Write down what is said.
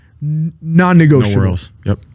Non-negotiable